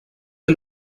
que